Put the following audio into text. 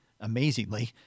amazingly